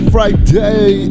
Friday